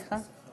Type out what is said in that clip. מסכה?